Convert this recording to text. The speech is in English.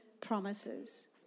promises